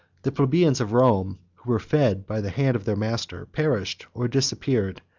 the plebeians of rome, who were fed by the hand of their master, perished or disappeared,